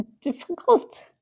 Difficult